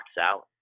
out